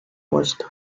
west